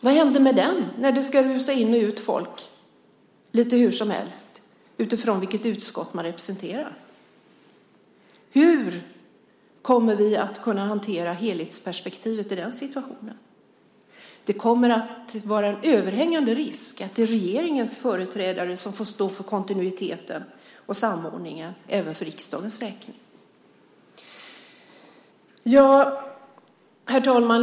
Vad händer med den när det ska in nytt folk lite hur som helst utifrån vilket utskott de representerar? Hur kommer vi att kunna hantera helhetsperspektivet i den situationen? Det kommer att vara en överhängande risk att det är regeringens företrädare som får stå för kontinuiteten och samordningen även för riksdagens räkning. Herr talman!